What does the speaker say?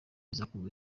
zakunzwe